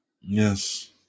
Yes